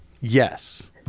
Yes